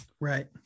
Right